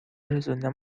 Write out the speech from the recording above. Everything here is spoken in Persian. رسوندن